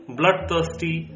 bloodthirsty